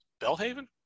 Bellhaven